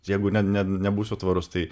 jeigu ne ne nebūsiu tvarus tai